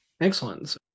Excellent